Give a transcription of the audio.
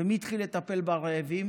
ומי התחיל לטפל ברעבים?